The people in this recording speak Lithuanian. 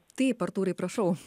taip artūrai prašau